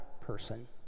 person